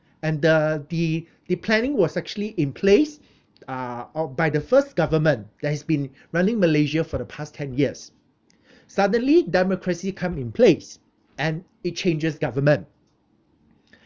and the the the planning was actually in place uh of by the first government that has been running malaysia for the past ten years suddenly democracy come in place and it changes government